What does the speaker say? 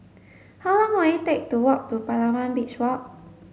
how long will it take to walk to Palawan Beach Walk